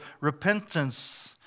repentance